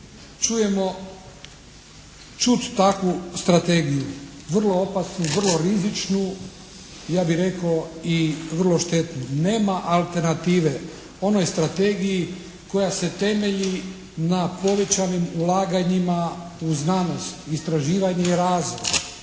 čujemo čut takvu strategiju vrlo opasnu, vrlo rizičnu, ja bih rekao i vrlo štetnu. Nema alternative onoj strategiji koja se temelji na povećanim ulaganjima u znanost, istraživanje i razvoj.